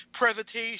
presentation